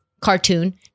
cartoon